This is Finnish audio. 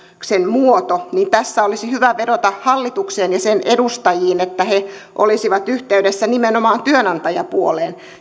muoto niin tässä olisi hyvä vedota hallitukseen ja sen edustajiin että he olisivat yhteydessä nimenomaan työnantajapuoleen